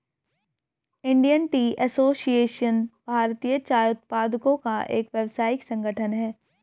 Indian tea association भारतीय चाय उत्पादकों का एक व्यावसायिक संगठन है